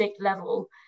level